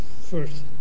First